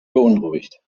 beunruhigt